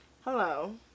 Hello